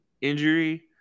injury